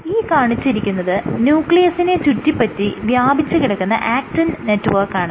ഈ കാണിച്ചിരിക്കുന്നത് ന്യൂക്ലിയസിനെ ചുറ്റിപറ്റി വ്യാപിച്ചു കിടക്കുന്ന ആക്റ്റിൻ നെറ്റ്വർക്കാണ്